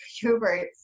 Hubert